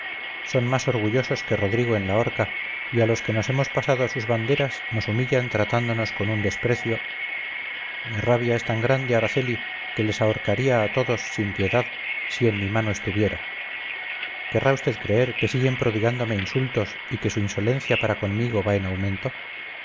son más orgullosos que rodrigo en la horca y a los que nos hemos pasado a sus banderas nos humillan tratándonos con un desprecio mi rabia es tan grande araceli que les ahorcaría a todos sin piedad si en mi mano estuviera querrá usted creer que siguen prodigándome insultos y que su insolencia para conmigo va en aumento